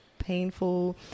painful